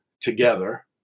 together